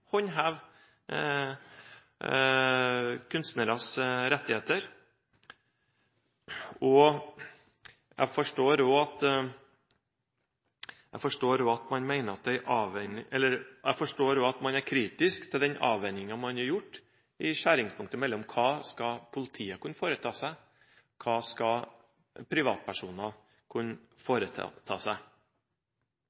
rettigheter? Jeg forstår også at man er kritisk til den avveiningen man har gjort i skjæringspunktet mellom hva politiet skal kunne foreta seg og hva privatpersoner skal kunne